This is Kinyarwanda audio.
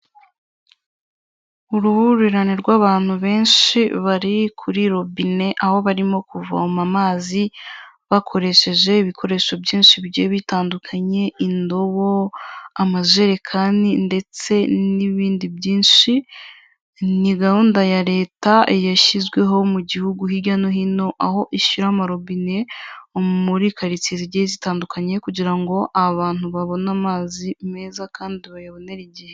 Uruhurirane rw'abantu benshi bari kuri robine aho barimo kuvoma amazi bakoresheje ibikoresho byinshi bitandukanye, indobo, amajerekani, ndetse n'ibindi byinshi. Ni gahunda ya leta yashyizweho mu gihugu hirya no hino aho ishyirara amarobine muri karitsiye zigiye zitandukanye kugira ngo abantu babone amazi meza kandi bayabonere igihe.